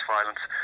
violence